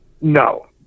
No